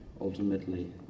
ultimately